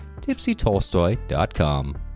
tipsytolstoy.com